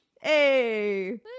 Hey